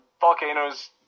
Volcanoes